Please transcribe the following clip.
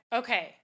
okay